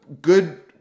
good